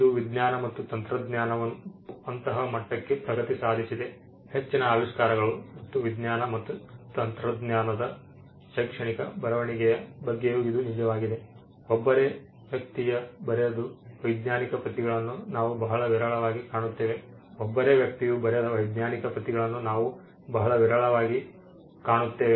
ಇಂದು ವಿಜ್ಞಾನ ಮತ್ತು ತಂತ್ರಜ್ಞಾನವು ಅಂತಹ ಮಟ್ಟಕ್ಕೆ ಪ್ರಗತಿ ಸಾಧಿಸಿದೆ ಹೆಚ್ಚಿನ ಆವಿಷ್ಕಾರಗಳು ಮತ್ತು ವಿಜ್ಞಾನ ಮತ್ತು ತಂತ್ರಜ್ಞಾನದ ಶೈಕ್ಷಣಿಕ ಬರವಣಿಗೆಯ ಬಗ್ಗೆಯೂ ಇದು ನಿಜವಾಗಿದೆ ಒಬ್ಬರೇ ವ್ಯಕ್ತಿಯು ಬರೆದ ವೈಜ್ಞಾನಿಕ ಪತ್ರಿಕೆಗಳನ್ನು ನಾವು ಬಹಳ ವಿರಳವಾಗಿ ಕಾಣುತ್ತೇವೆ